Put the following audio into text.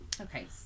Okay